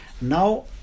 Now